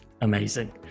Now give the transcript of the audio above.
Amazing